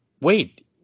wait